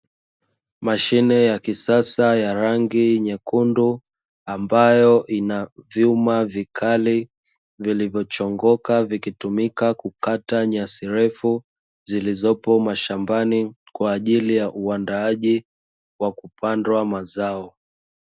Mashine ya kisasa ya rangi nyekundu ambayo ina vyuma vikali vilivyochongoka, vikitumika kukata nyasi ndefu zilizopo mashambani kwa ajili ya uandaaji wa kupandwa mazao.